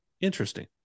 interesting